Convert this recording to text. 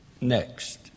next